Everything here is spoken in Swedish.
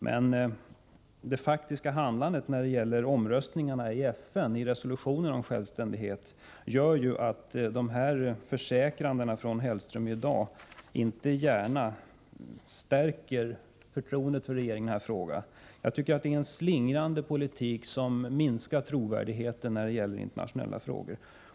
Men det faktiska handlandet vid omröstningarna i FN när det gäller resolutionen om självständighet gör ju knappast att Mats Hellströms försäkringar i dag stärker förtroendet för regeringen i den här frågan. Jag tycker det här är en ”slingrande” politik, som minskar trovärdigheten när det gäller internationella frågor.